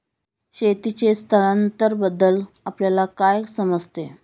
शेतीचे स्थलांतरबद्दल आपल्याला काय समजते?